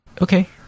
Okay